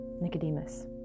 Nicodemus